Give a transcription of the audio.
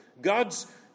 God's